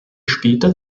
später